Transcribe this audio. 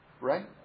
Right